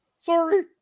Sorry